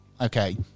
Okay